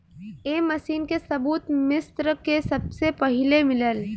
ए मशीन के सबूत मिस्र में सबसे पहिले मिलल